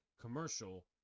commercial